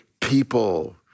people